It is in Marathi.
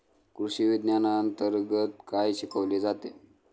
कृषीविज्ञानांतर्गत काय शिकवले जाते?